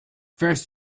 first